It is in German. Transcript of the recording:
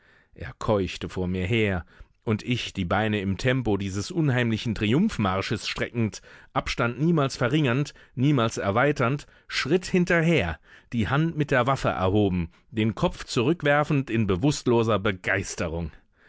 er keuchte vor mir her und ich die beine im tempo dieses unheimlichen triumphmarsches streckend abstand niemals verringernd niemals erweiternd schritt hinterher die hand mit der waffe erhoben den kopf zurückwerfend in bewußtloser begeisterung